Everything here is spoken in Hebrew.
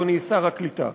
אדוני שר הקליטה: